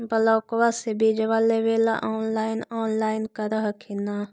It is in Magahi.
ब्लोक्बा से बिजबा लेबेले ऑनलाइन ऑनलाईन कर हखिन न?